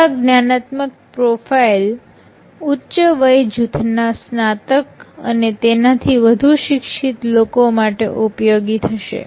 આ જ્ઞાનાત્મક પ્રોફાઇલ ઉચ્ચ વય જૂથના સ્નાતક અને તેનાથી વધુ શિક્ષિત લોકો માટે ઉપયોગી થશે